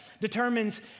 determines